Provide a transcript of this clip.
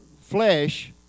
flesh